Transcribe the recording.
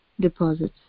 deposits